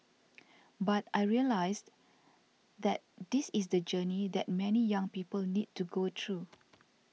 but I realised that this is the journey that many young people need to go through